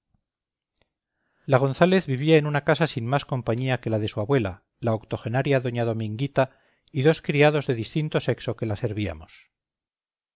la gonzález vivía en una casa sin más compañía que la de su abuela la octogenaria doña dominguita y dos criados de distinto sexo que la servíamos